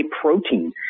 protein